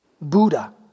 Buddha